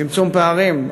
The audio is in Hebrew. צמצום פערים?